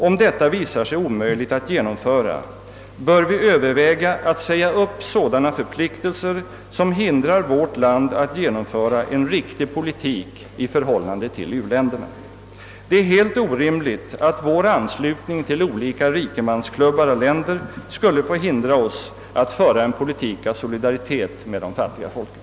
Om detta visar sig omöjligt att genomföra bör vi överväga att säga upp sådana förpliktelser som hindrar vårt land att genomföra en riktig politik i förhållande till u-länderna, Det är helt orimligt att vår anslutning till olika rikemansklubbar av länder skulle få hindra oss att föra en politik av solidaritet med de fattiga folken.